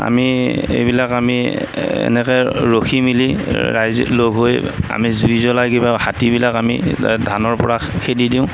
আমি এইবিলাক আমি এনেকৈ ৰখি মেলি ৰাইজে লগ হৈ আমি জুই জ্বলাই কিবা হাতীবিলাক আমি ধানৰপৰা খেদি দিওঁ